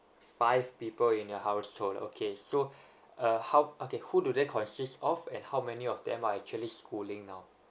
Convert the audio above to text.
five people in the household okay so uh how okay who do they consists of and how many of them are actually schooling now